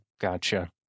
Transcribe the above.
Gotcha